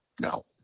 No